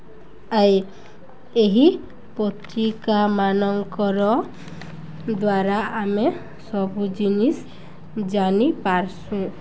ଆଏ ଏହି ପତ୍ରିକା ମାନଙ୍କର ଦ୍ୱାରା ଆମେ ସବୁ ଜିନିଷ୍ ଜାନିପାରସୁଁ